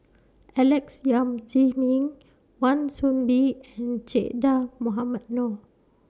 Alex Yam Ziming Wan Soon Bee and Che Dah Mohamed Noor